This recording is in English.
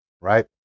right